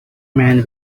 man